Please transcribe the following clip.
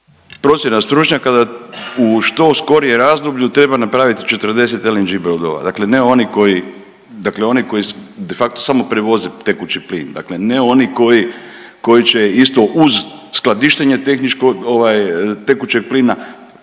Procjena stručnjaka da u što skorijem razdoblju treba napraviti 40 LNG brodova, dakle ne oni koji, dakle oni koji de facto samo prevoze tekući plin, dakle ne oni koji, koji će isto uz skladištenje tehničko